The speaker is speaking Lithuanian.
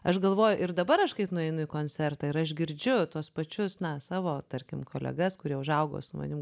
aš galvojau ir dabar aš kai nueinu į koncertą ir aš girdžiu tuos pačius na savo tarkim kolegas kurie užaugo su manim